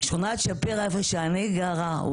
שכונת שפירא איפה שאני גרה,